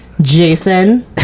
Jason